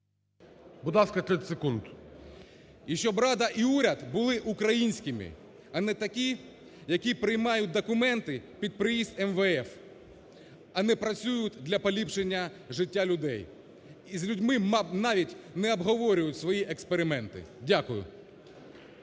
Будь ласка, 30 секунд. ВІЛКУЛ О.Ю. І щоб Рада і уряд були українськими, а не такі, які приймають документи під приїзд МВФ, а не працюють для поліпшення життя людей, і з людьми навіть не обговорюють свої експерименти. Дякую.